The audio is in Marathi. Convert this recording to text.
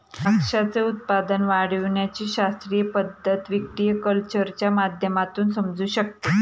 द्राक्षाचे उत्पादन वाढविण्याची शास्त्रीय पद्धत व्हिटीकल्चरच्या माध्यमातून समजू शकते